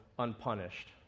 unpunished